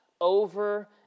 over